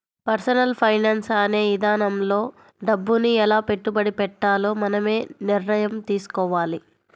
personal finance అనే ఇదానంలో డబ్బుని ఎలా పెట్టుబడి పెట్టాలో మనమే నిర్ణయం తీసుకోవాలి